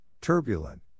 turbulent